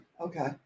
Okay